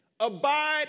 Abide